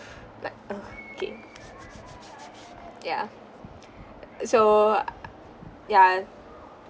like ugh k ya so uh ya